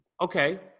Okay